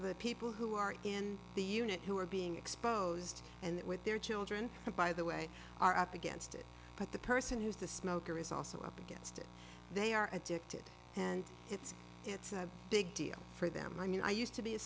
the people who are in the unit who are being exposed and that with their children by the way are up against it but the person who is the smoker is also up against they are addicted and it's it's a big deal for them i mean i used to be a